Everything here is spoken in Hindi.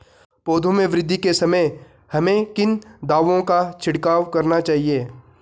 पौधों में वृद्धि के समय हमें किन दावों का छिड़काव करना चाहिए?